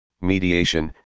mediation